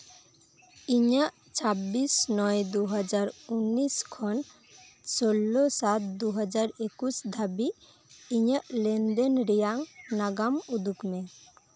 ᱤᱧᱟᱹᱜ ᱪᱷᱟᱵᱤᱥ ᱱᱚᱭ ᱫᱩ ᱦᱟᱡᱟᱨ ᱩᱱᱤᱥ ᱠᱷᱚᱱ ᱥᱳᱞᱞᱳ ᱥᱟᱛ ᱫᱩ ᱦᱟᱡᱟᱨ ᱮᱠᱩᱥ ᱫᱷᱟᱹᱵᱤᱡ ᱤᱧᱟᱹᱜ ᱞᱮᱱ ᱫᱮᱱ ᱨᱮᱭᱟᱝ ᱱᱟᱜᱟᱢ ᱩᱫᱩᱜ ᱢᱮ